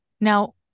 Now